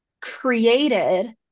created